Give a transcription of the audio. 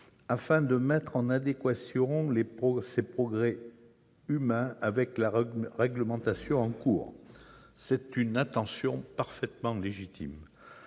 afin de mettre en adéquation ces progrès humains avec la réglementation en vigueur. C'est là une attention parfaitement légitime.